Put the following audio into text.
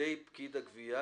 לידי פקיד הגבייה,